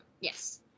Yes